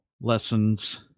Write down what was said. lessons